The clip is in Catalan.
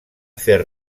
fer